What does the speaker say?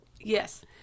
Yes